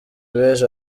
b’ejo